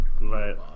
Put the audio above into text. right